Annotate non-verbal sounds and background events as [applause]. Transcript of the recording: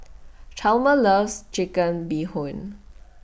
[noise] Chalmer loves Chicken Bee Hoon